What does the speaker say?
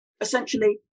essentially